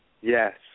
Yes